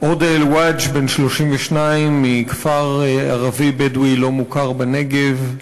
עוד אל-וויג' בן 32 מכפר ערבי בדואי לא מוכר בנגב.